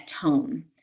tone